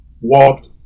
walked